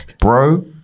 Bro